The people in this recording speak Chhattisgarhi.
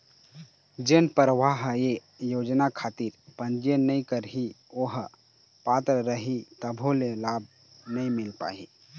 जेन परवार ह ये योजना खातिर पंजीयन नइ करही ओ ह पात्र रइही तभो ले लाभ नइ मिल पाही